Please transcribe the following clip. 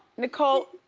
nicole,